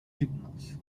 himnos